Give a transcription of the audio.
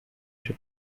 się